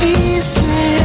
easy